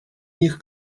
них